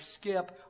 skip